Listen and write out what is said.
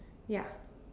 ya